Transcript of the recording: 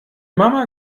mama